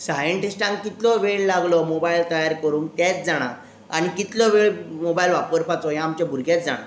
साइंटिस्टांक कितलो वेळ लागलो मोबायल तयार करूंक तेच जाणा आनी कितलो वेळ मोबायल वापरपाचो हें आमचे भुरगेच जाणा